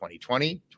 2020